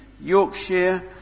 Yorkshire